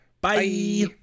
Bye